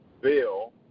bill